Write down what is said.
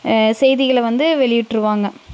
செய்திகளை வந்து வெளியிட்டிருவாங்க